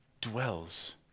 dwells